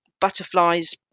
butterflies